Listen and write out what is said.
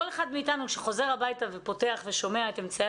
כל אחד מאיתנו שחוזר הביתה ושומע את אמצעי